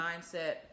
mindset